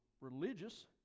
religious